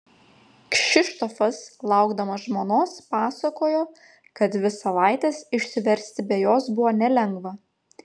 kšištofas laukdamas žmonos pasakojo kad dvi savaites išsiversti be jos buvo nelengva